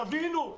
תבינו.